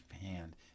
hand